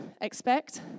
expect